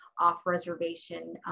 off-reservation